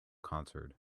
concert